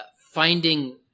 finding